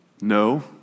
No